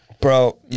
bro